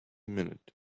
minute